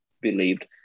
believed